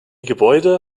gebäude